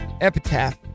epitaph